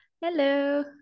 hello